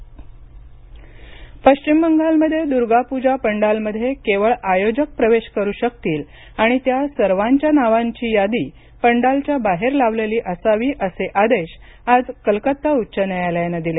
पश्चिम बंगाल पंडाल पश्चिम बंगालमध्ये दुर्गापूजा पंडालमध्ये केवळ आयोजक प्रवेश करू शकतील आणि त्या सर्वांच्या नावांची यादी पंडालच्या बाहेर लावलेली असावी असे आदेश आज कलकत्ता उच्च न्यायालयानं दिले